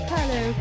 Hello